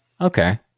Okay